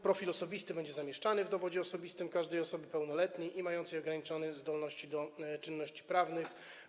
Profil osobisty będzie zamieszczany w dowodzie osobistym każdej osoby pełnoletniej, a także mającej ograniczone zdolności do czynności prawnych.